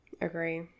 Agree